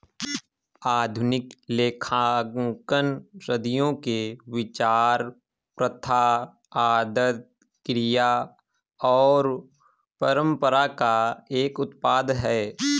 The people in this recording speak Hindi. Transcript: आधुनिक लेखांकन सदियों के विचार, प्रथा, आदत, क्रिया और परंपरा का एक उत्पाद है